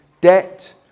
debt